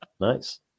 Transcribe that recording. Nice